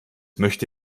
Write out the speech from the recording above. möchte